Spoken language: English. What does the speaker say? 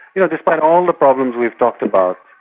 you know, despite all the problems we've talked about,